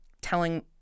telling